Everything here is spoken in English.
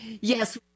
Yes